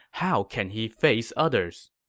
how can he face others?